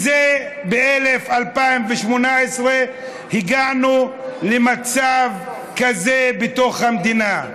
ב-2018 הגענו למצב כזה בתוך המדינה.